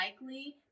likely